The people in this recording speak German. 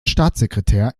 staatssekretär